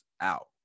out